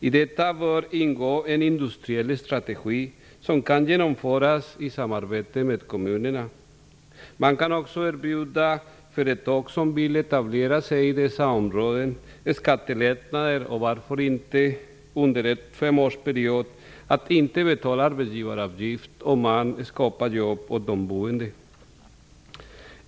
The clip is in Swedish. I detta bör ingå en industriell strategi som kan genomföras i samarbete med kommunerna. Man kan också erbjuda skattelättnader för företag som vill etablera sig i dess områden. Varför inte låta sådana företag som skapar arbetstillfällen åt de boende slippa betala arbetsgivaravgift under en femårsperiod.